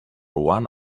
one